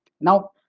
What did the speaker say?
now